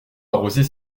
arroser